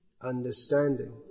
understanding